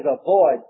avoid